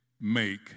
make